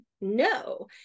no